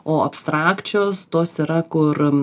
o abstrakčios tos yra kur